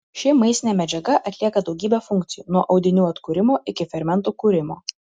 ši maistinė medžiaga atlieka daugybę funkcijų nuo audinių atkūrimo iki fermentų kūrimo